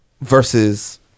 versus